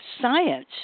science